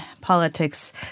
politics